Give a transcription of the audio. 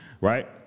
Right